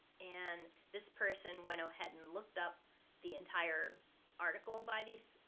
and this person went ahead and looked up the entire article by these,